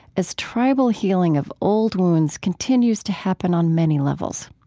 as tribal healing of old wounds continues to happen on many levels.